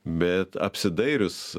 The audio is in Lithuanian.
bet apsidairius